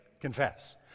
Confess